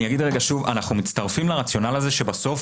אגיד שוב: אנחנו מצטרפים לרציונל הזה שבסוף